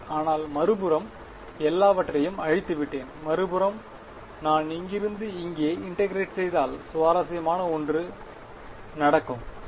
ஆனால் மறுபுறம் எல்லாவற்றையும் அழித்துவிட்டேன் மறுபுறம் நான் இங்கிருந்து இங்கே இன்டெகிரேட் செய்தால் சுவாரஸ்யமான ஒன்று நடக்கும் சரி